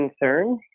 concern